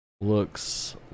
Looks